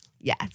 yes